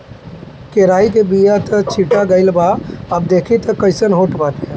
केराई के बिया त छीटा गइल बा अब देखि तअ कइसन होत बाटे